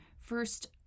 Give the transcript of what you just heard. first